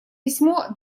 письмо